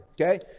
Okay